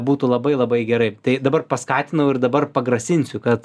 būtų labai labai gerai tai dabar paskatinau ir dabar pagrasinsiu kad